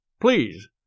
Please